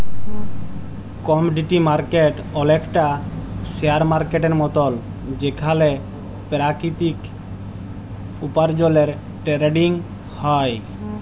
commodity market অলেকটা share মার্কেটের মতল যেখালে পেরাকিতিক উপার্জলের টেরেডিং হ্যয়